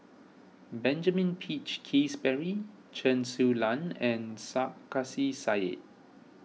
Benjamin Peach Keasberry Chen Su Lan and Sarkasi